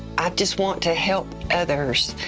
i just want to help others.